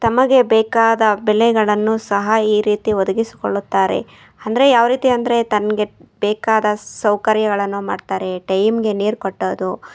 ತಮಗೆ ಬೇಕಾದ ಬೆಳೆಗಳನ್ನು ಸಹ ಈ ರೀತಿ ಒದಗಿಸಿಕೊಳ್ಳುತ್ತಾರೆ ಅಂದ್ರೆ ಯಾವ ರೀತಿ ಅಂದರೆ ತಮಗೆ ಬೇಕಾದ ಸೌಕರ್ಯಗಳನ್ನು ಮಾಡ್ತಾರೆ ಟೈಮ್ಗೆ ನೀರು ಕಟ್ಟೋದು